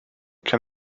can